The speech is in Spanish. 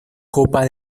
copa